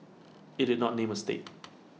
IT did not name A state